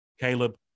Caleb